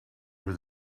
with